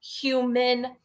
human